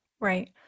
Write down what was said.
right